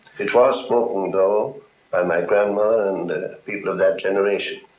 it was spoken and by my grandma and people of that generation